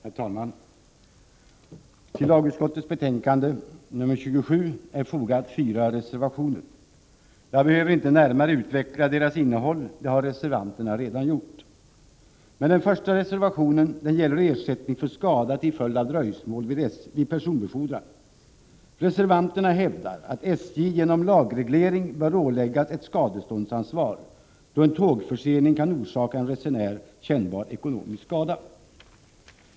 Herr talman! Till lagutskottets betänkande nr 27 är fyra reservationer fogade. Jag behöver inte närmare utveckla deras innehåll; det har reservanterna redan gjort. Den första reservationen gäller ersättning för skada till följd av dröjsmål vid personbefordran. Reservanterna hävdar att SJ genom lagreglering bör åläggas ett skadeståndsansvar, då en tågförsening kan orsaka en resenär kännbar ekonomisk skada.